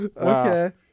okay